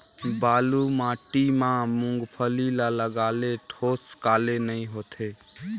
बालू माटी मा मुंगफली ला लगाले ठोस काले नइ होथे?